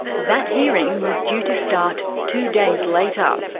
that hearing was due to start two days later.